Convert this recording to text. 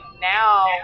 now